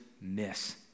miss